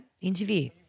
Interview